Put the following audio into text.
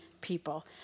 people